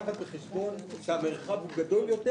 יש לקחת בחשבון שהמרחב הוא גדול יותר